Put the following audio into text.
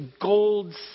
gold